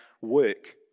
work